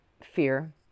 fear